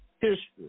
history